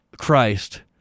Christ